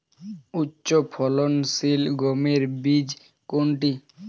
উচ্চফলনশীল গমের বীজ কোনটি?